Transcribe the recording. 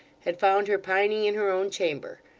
had found her pining in her own chamber.